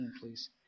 please